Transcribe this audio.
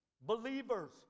believers